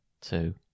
Two